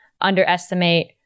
underestimate